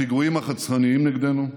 הפיגועים הרצחניים נגדנו,